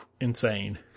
insane